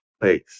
place